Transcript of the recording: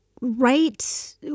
right